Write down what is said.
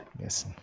Yes